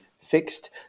fixed